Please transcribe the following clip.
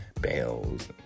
Bells